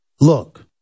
look